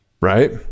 Right